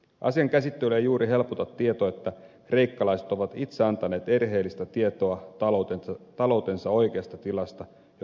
asian käsittelyä ei juuri helpota tieto että kreikkalaiset ovat itse antaneet erheellistä tietoa taloutensa oikeasta tilasta jo vuosikausien ajan